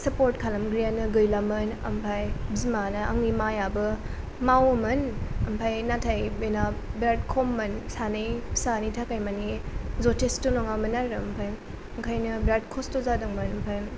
support खालामग्रायानो गैलामोन ओमफ्राय बिमाया आंनि मायाबो मावोमोन ओमफ्राय नाथाय बिना बिराद खममोन सानै फिसानि थाखाय माने जथेस्थ' नङामोन आरो ओमफ्राय बिखायनो बिराद खस्थ' जादोंमोन ओमफ्राय